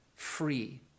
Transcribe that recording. free